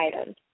items